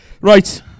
Right